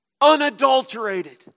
Unadulterated